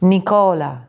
Nicola